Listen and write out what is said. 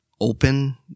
open